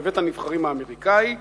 בבית-הנבחרים האמריקני,